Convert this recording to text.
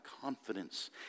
confidence